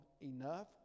enough